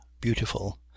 beautiful